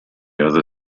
other